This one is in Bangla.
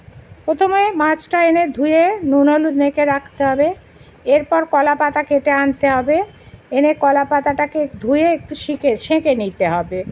প্রথমে মাছটা এনে ধুয়ে নুন হলুদ মেখে রাখতে হবে এরপর কলা পাতা কেটে আনতে হবে এনে কলা পাতাটাকে ধুয়ে একটু সিঁকে সেঁকে নিতে হবে